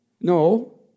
No